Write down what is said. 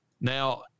Now-